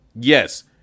Yes